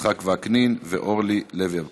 יצחק וקנין ואורלי לוי אבקסיס.